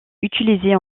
utilisée